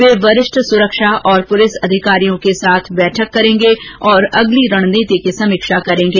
वे वरिष्ठ सुरक्षा और पुलिस अधिकारियों के साथ बैठक करेंगे और अगली रणनीति की समीक्षा करेंगे